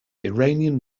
iranian